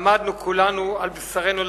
למדנו כולנו על בשרנו,